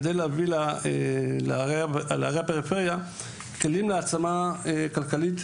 כדי להביא לערי הפריפריה כלים להעצמה כלכלית,